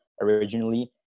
originally